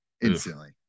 instantly